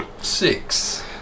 Six